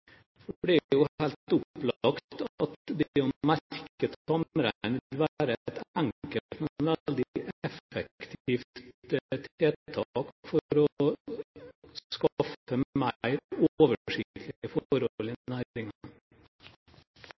For det er jo helt opplagt at det å merke tamrein vil være et enkelt, men veldig effektivt tiltak for å skaffe mer oversiktlige forhold i næringen. Ja, det er enkelt og